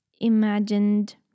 imagined